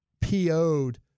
PO'd